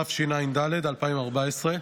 התשע"ד 2014,